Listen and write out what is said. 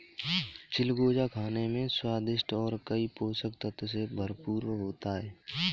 चिलगोजा खाने में स्वादिष्ट और कई पोषक तत्व से भरपूर होता है